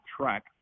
track